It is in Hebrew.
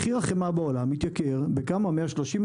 מחיר החמאה בעולם התייקר בכ-130%,